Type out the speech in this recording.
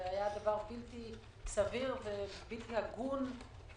הכוונה המקורית הייתה דבר בלתי סביר ובלתי הגון,